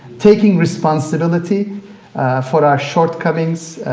taking responsibility for our shortcomings,